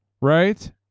right